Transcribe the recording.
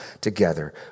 together